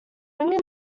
ringing